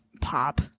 Pop